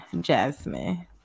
Jasmine